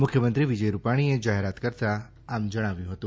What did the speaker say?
મુખ્યમંત્રી વિજય રૂપાણીએ જાહેરાત કરતાં જણાવ્યું કે